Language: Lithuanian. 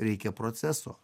reikia proceso